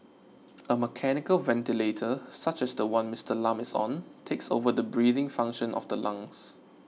a mechanical ventilator such as the one Mister Lam is on takes over the breathing function of the lungs